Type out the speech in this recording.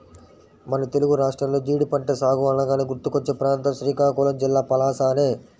మన తెలుగు రాష్ట్రాల్లో జీడి పంట సాగు అనగానే గుర్తుకొచ్చే ప్రాంతం శ్రీకాకుళం జిల్లా పలాసనే